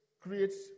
creates